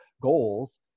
goals